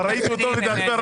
אבל ראיתי אותו מתעצבן,